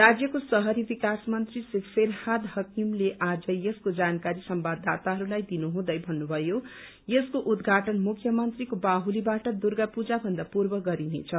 राज्यको शहरी विकास मन्त्री श्री फिरहाद हकीमले आज यसको जानकारी संवाददाताहरूलाई दिनुहुँदै भन्नुभयो यसको उद्घाटन मुख्यमन्त्रीको बाहुलीबाट दुर्गा पूजाभन्दा पूर्व गरिनेछ